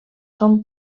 són